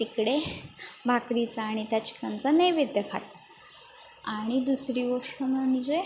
तिकडे भाकरीचा आणि त्या चिकनचा नैवेद्य खातात आणि दुसरी गोष्ट म्हणजे